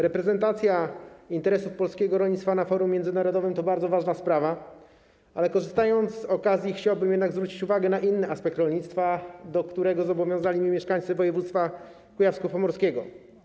Reprezentacja interesów polskiego rolnictwa na forum międzynarodowym to bardzo ważna sprawa, ale korzystając z okazji, chciałbym jednak zwrócić uwagę na inny aspekt rolnictwa, do którego zobowiązali mnie mieszkańcy województwa kujawsko-pomorskiego.